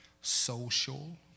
social